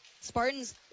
Spartans